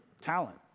talent